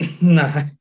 No